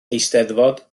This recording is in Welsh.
eisteddfod